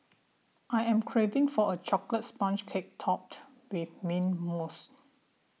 I am craving for a Chocolate Sponge Cake Topped with Mint Mousse